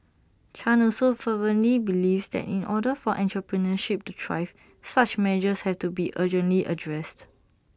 chan also fervently believes that in order for entrepreneurship to thrive such measures have to be urgently addressed